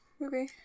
movie